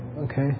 Okay